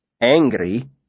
Angry